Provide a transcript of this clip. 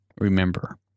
Remember